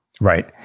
Right